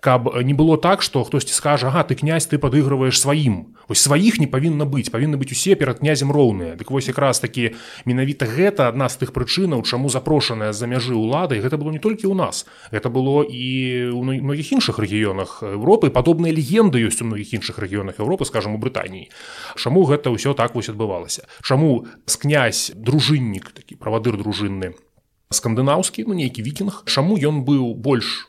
Каб не было так, што хтосьці скажа, «Ага, ты князь, ты падыгрываеш сваім». Вось сваіх не павінна быць, павінны быць усе перад князем роўныя. Дык вось якраз-такі менавіта гэта адна з тых прычынаў, чаму запрошаная з-за мяжы ўлада, і гэта было не толькі ў нас, гэта было і ў многіх іншых рэгіёнах Европы, і падобная легенда ёсць у многіх іншых рэгіёнах Европы, скажам, у Брытаніі, чаму гэта ўсё так вось адбывалася. Чаму князь-дружыннік, такі правадыр дружынны, скандынаўскі, ну, нейкі вікінг, чаму ён быў больш